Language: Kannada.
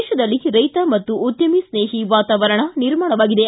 ದೇತದಲ್ಲಿ ರೈತ ಮತ್ತು ಉದ್ಯಮಿ ಸ್ನೇಹಿ ವಾತಾವರಣ ನಿರ್ಮಾಣವಾಗಿದೆ